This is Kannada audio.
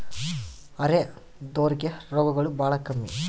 ಅರೆದೋರ್ ಗೆ ರೋಗಗಳು ಬಾಳ ಕಮ್ಮಿ